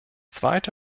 zweite